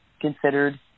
considered